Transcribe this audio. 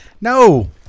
No